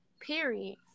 Period